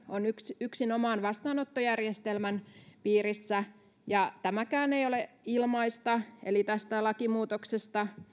on yksinomaan vastaanottojärjestelmän piirissä ja tämäkään ei ole ilmaista eli tästä lakimuutoksesta